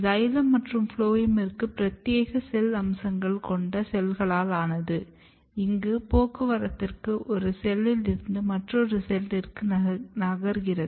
xylem மற்றும் ஃபுளோயமிற்கு பிரத்யேக செல் அம்சங்கள் கொண்ட செல்களால் ஆனது இங்கு போக்குவரத்துக்கு ஒரு செல்லில் இருந்து மற்றொரு செல்லிற்கு நகர்கிறது